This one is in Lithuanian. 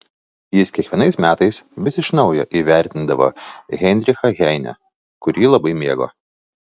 jis kiekvienais metais vis iš naujo įvertindavo heinrichą heinę kurį labai mėgo